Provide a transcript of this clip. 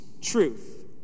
truth